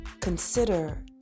consider